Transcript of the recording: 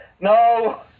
No